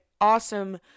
awesome